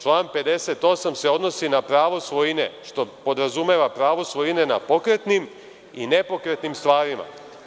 Član 58. se odnosi na pravo svojine, što podrazumeva pravo svojine na pokretnim i nepokretnim stvarima.